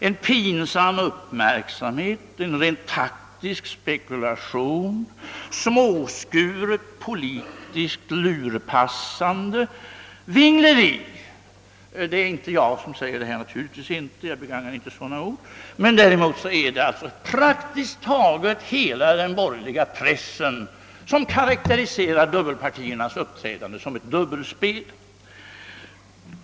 »En pinsam uppmärksamhet», »en rent taktisk spekulation», »småskuret politiskt lurpassande», »vingleri», fortsatte man. Det är inte jag som säger detta — jag begagnar inte sådana ord — utan praktiskt taget hela den borgerliga pressen, som karakteriserar dubbelpartiernas uppträdande som ett dubbelspel.